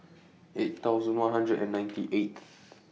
eight thousand one hundred and ninety eighth